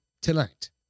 Tonight